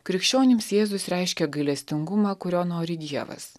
krikščionims jėzus reiškia gailestingumą kurio nori dievas